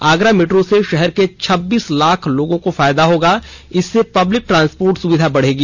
Agra metro से शहर के छब्बीस लाख लोगों को फायदा होगा इससे पब्लिक ट्रांसपोर्ट की सुविधा बढ़ेगी